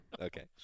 Okay